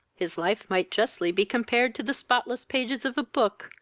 his life might justly be compared to the spotless pages of a book,